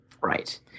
Right